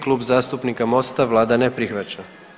Klub zastupnika MOST-a, vlada ne prihvaća.